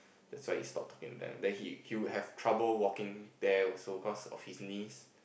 that's why he stopped talking to them then he he would have trouble walking there also cause of his knees